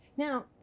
Now